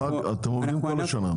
אתם עובדים כל השנה.